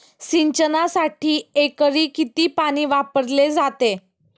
सिंचनासाठी एकरी किती पाणी वापरले जाते?